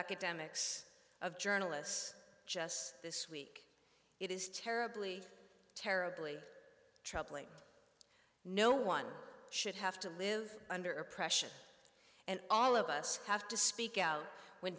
academics of journalists just this week it is terribly terribly troubling no one should have to live under oppression and all of us have to speak out w